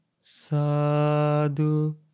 Sadu